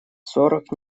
сорок